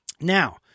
Now